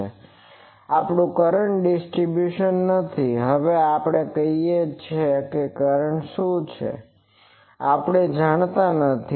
તો આ આપણું કરંટ ડિસ્ટરીબ્યુસન નથી હવે આપણે કહીએ કે કરંટ શું છે તે આપણે જાણતા નથી